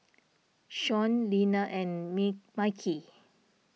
Sean Lina and Mickey